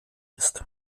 ist